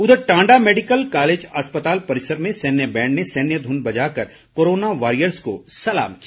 उधर Tanda medical college अस्पताल परिसर में सैन्य बैंड ने सैन्य धुन बजाकर कोरोना वॉरियर्स को सलाम किया